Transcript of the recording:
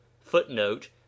footnote